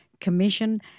commission